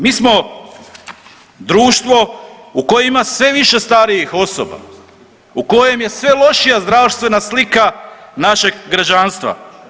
Mi smo društvo u kojima ima sve više starijih osoba, u kojem je sve lošija zdravstvena slika našeg građanstva.